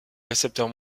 récepteurs